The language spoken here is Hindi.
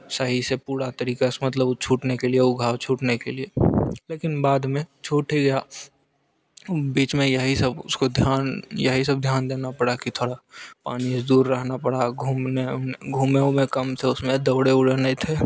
सही से पूरा तरीका मतलब वो छूटने के लिए वो घाव छूटने के लिए लेकिन बाद में छूट गया बीच में यही सब ध्यान उसको यही सब ध्यान देना पड़ा पानी इस दूर रहना पड़ा घूमे उमे कम तो उसमें दौड़े उड़े नहीं थे